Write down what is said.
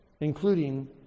including